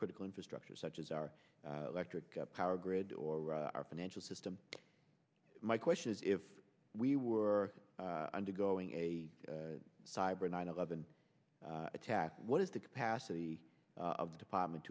critical infrastructure such as our electric power grid or our financial system my question is if we were undergoing a cyber nine eleven attack what is the capacity of department